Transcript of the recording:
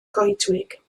goedwig